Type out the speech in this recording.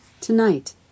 Tonight